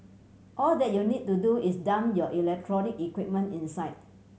all that you need to do is dump your electronic equipment inside